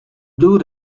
blue